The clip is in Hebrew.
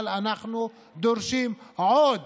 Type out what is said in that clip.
אבל אנחנו דורשים עוד